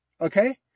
Okay